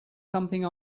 something